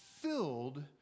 filled